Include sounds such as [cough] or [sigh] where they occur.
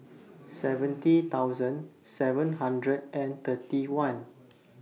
seventy thousand seven hundred and thirty one [noise]